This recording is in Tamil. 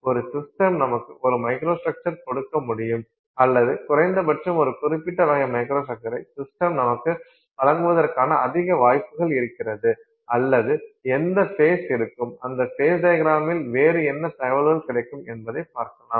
ஒரு சிஸ்டம் நமக்கு ஒரு மைக்ரோஸ்ட்ரக்சர் கொடுக்க முடியும் அல்லது குறைந்தபட்சம் ஒரு குறிப்பிட்ட வகை மைக்ரோஸ்ட்ரக்சரை சிஸ்டம் நமக்கு வழங்குவதற்கான அதிக வாய்ப்புகள் இருக்கிறது அல்லது எந்த ஃபேஸ் இருக்கும் அந்த ஃபேஸ் டையக்ரமில் வேறு என்ன தகவல்கள் கிடைக்கும் என்பதைப் பார்க்கலாம்